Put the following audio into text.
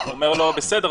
הוא אומר לו: בסדר,